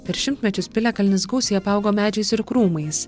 per šimtmečius piliakalnis gausiai apaugo medžiais ir krūmais